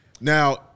Now